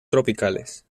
tropicales